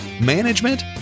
management